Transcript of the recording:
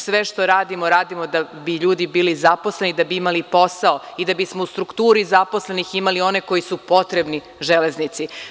Sve što radimo, radimo da bi ljudi bili zaposleni, da bi imali posao i da bismo u strukturi zaposlenih imali one koji su potrebni Železnici.